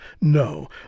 no